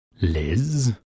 Liz